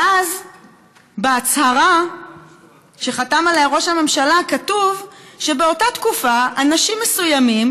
ואז בהצהרה שחתם עליה ראש הממשלה כתוב שבאותה תקופה אנשים מסוימים,